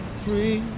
free